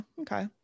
okay